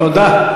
תודה.